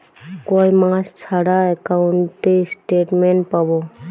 কয় মাস ছাড়া একাউন্টে স্টেটমেন্ট পাব?